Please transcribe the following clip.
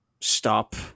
stop